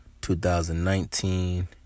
2019